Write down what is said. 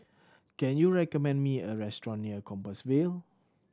can you recommend me a restaurant near Compassvale